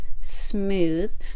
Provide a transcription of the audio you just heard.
smooth